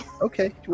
Okay